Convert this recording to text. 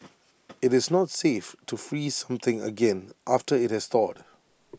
IT is not safe to freeze something again after IT has thawed